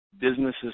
businesses